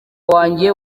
wanjye